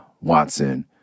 Watson